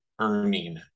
earning